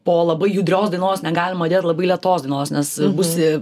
po labai judrios dainos negalima dėt labai lėtos dainos nes būsi